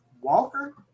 Walker